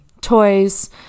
toys